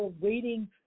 waiting